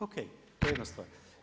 O.k. To je jedna stvar.